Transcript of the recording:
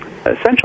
Essentially